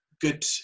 good